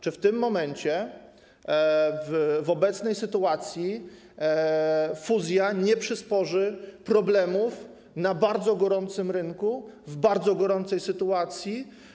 Czy w tym momencie, w obecnej sytuacji, fuzja nie przysporzy problemów na bardzo gorącym rynku, w bardzo gorącej sytuacji?